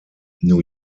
new